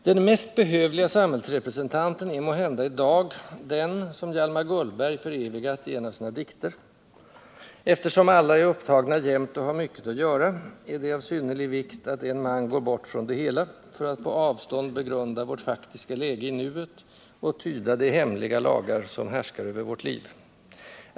Den mest behövliga samhällsrepresentanten är måhända i dag den som Hjalmar Gullberg förevigat i en av sina dikter: Eftersom alla är upptagna jämnt och har mycket att göra är det av synnerlig vikt att en man går bort från det hela för att på avstånd begrunda vårt faktiska läge i nuet och tyda de hemliga lagar som härskar över vårt liv.